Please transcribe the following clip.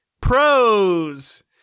pros